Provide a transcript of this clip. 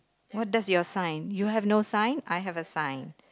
what does your sign you have no sign I have a sign